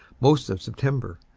most of september.